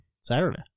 Saturday